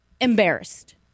Embarrassed